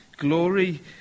Glory